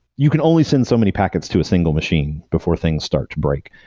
you can only send so many packets to a single machine before things start to break.